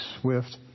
swift